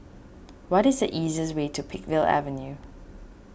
what is the easiest way to Peakville Avenue